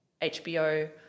HBO